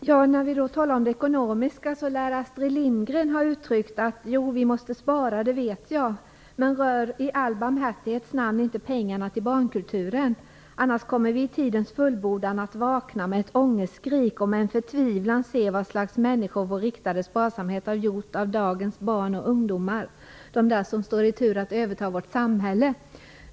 Herr talman! Vi talar nu om det ekonomiska. Astrid Lindgren lär ha uttryckt det på följande sätt: "Jo, vi måste spara, det vet jag. Men rör i all barmhärtighets namn inte pengarna till barnkulturen! Annars kommer vi i tidens fullbordan att vakna med ett ångestskrik och med en förtvivlan se vad slags människor vår riktade sparsamhet har gjort av dagens barn och ungdomar, de där som står i tur att överta vårt samhälle."